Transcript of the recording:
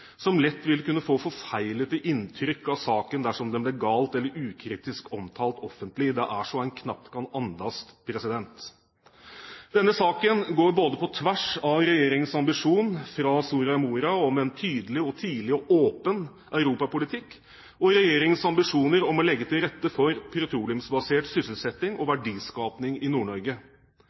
som lett ville få forfeilede inntrykk av saken dersom den ble galt eller ukritisk omtalt offentlig.» Det er så «ein knapt kan andast». Denne saken går både på tvers av regjeringens ambisjon fra Soria Moria om en tydelig og åpen europapolitikk og regjeringens ambisjoner om å legge til rette for petroleumsbasert sysselsetting og verdiskaping i